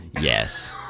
Yes